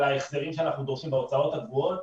ההחזרים שאנחנו דורשים בהוצאות הקבועות.